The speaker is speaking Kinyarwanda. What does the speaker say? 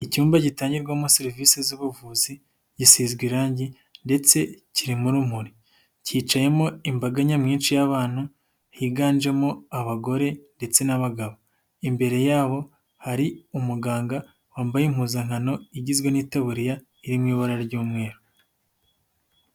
Icyumba gitangirwamo serivisi z'ubuvuzi gisizwe irangi ndetse kirimo urumuri kicayemo imbaga nyamwinshi y'abana higanjemo abagore ndetse n'abagabo imbere yabo hari umuganga wambaye impuzankano igizwe n'itaburiya iri mu ibara ry'umweru.